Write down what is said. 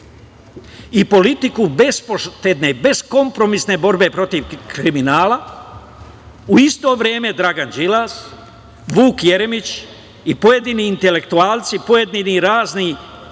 i politiku bespoštedne, beskompromisne borbe protiv kriminala, u isto vreme Dragan Đilas, Vuk Jeremić i pojedini intelektualci, pojedini razni